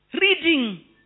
reading